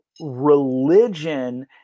religion